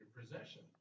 possession